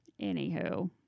anywho